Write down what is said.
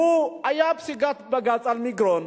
היתה פסיקת בג"ץ על מגרון,